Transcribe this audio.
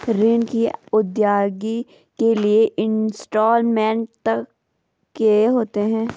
ऋण की अदायगी के लिए इंस्टॉलमेंट तय किए होते हैं